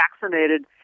vaccinated